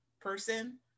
person